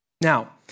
Now